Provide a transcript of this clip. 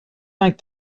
vingt